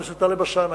חבר הכנסת טלב אלסאנע,